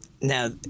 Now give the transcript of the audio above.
Now